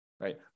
right